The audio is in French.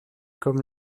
comme